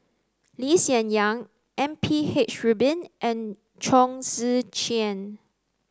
Lee Hsien Yang M P H Rubin and Chong Tze Chien